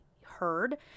heard